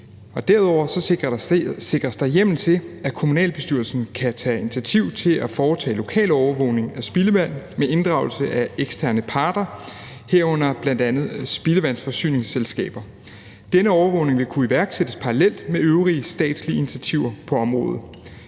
Derudover sikres der hjemmel til, at kommunalbestyrelsen kan tage initiativ til at foretage lokal overvågning af spildevand med inddragelse af eksterne parter, herunder bl.a. spildevandsforsyningsselskaber. Denne overvågning vil kunne iværksættes parallelt med øvrige statslige initiativer på området.